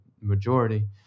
majority